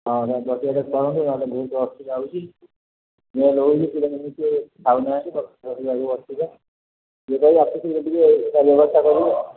ହଁ ତା ପ୍ରତିକାର କରନ୍ତୁ ନହେଲେ ବହୁତ ଅସୁବିଧା ହେଉଛି ସ୍ମେଲ୍ ହେଉଛି କିଏ ଖାଉନାହାନ୍ତି ଆପଣ ଟିକେ ତା ବ୍ୟବସ୍ଥା କରିବେ